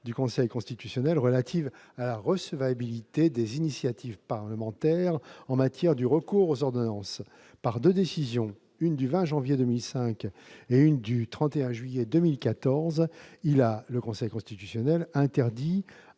du Conseil constitutionnel relative à la recevabilité des initiatives parlementaires en matière de recours aux ordonnances. Par deux décisions, l'une du 20 janvier 2005 et l'autre du 31 juillet 2014, il a interdit